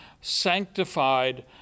sanctified